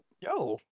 Yo